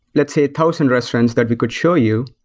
let's say, thousand restaurants that we could show you.